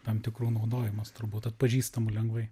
tam tikrų naudojamas turbūt atpažįstamų lengvai